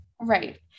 Right